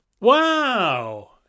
Wow